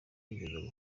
yigeze